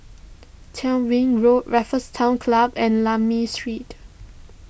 Tyrwhitt Road Raffles Town Club and Lakme Street